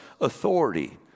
authority